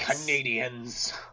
canadians